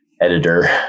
editor